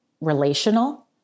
relational